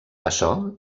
açò